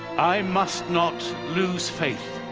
i must not lose faith.